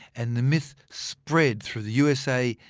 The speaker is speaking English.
and the myth spread through the usa,